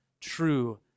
true